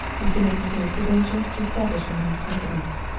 with the necessary credentials to establish me in his confidence.